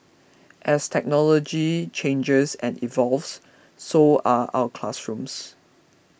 as technology changers and evolves so are our classrooms